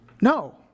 No